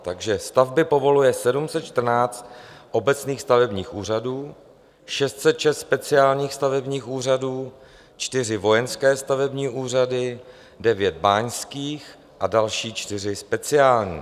Takže stavby povoluje 714 obecních stavebních úřadů, 606 speciálních stavebních úřadů, 4 vojenské stavební úřady, 9 báňských a další 4 speciální.